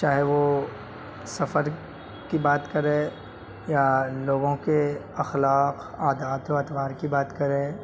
چاہے وہ سفر کی بات کریں یا لوگوں کے اخلاق عادات و اطوار کی بات کریں